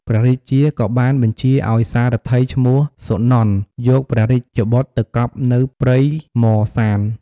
ព្រះរាជាក៏បានបញ្ជាឱ្យសារថីឈ្មោះ សុនន្ទ យកព្រះរាជបុត្រទៅកប់នៅព្រៃហ្មសាន។